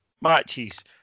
matches